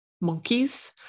monkeys